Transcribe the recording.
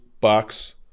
Bucks